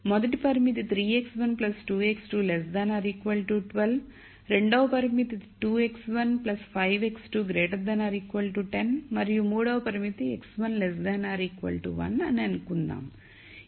మొదటి పరిమితి 3 x1 2 x2 12 రెండవ పరిమితి 2 x1 5 x2 10 మరియు మూడవ పరిమితి x1 1 అని అనుకుందాం